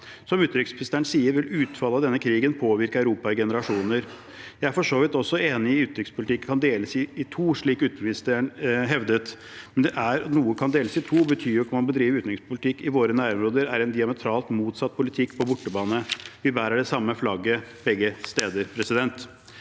Som utenriksministeren sier, vil utfallet av denne krigen påvirke Europa i generasjoner. Jeg er for så vidt også enig i at utenrikspolitikk kan deles i to, slik utenriksministeren hevdet, men det at noe kan deles i to, betyr jo ikke at om man bedriver utenrikspolitikk i våre nærområder, er det en diametralt motsatt politikk på bortebane. Vi bærer det samme flagget begge steder. Nettopp